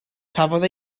cafodd